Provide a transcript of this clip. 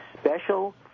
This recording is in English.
special